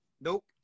Nope